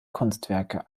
kunstwerke